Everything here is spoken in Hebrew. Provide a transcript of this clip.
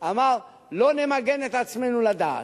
אמר: לא נמגן את עצמנו לדעת,